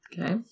Okay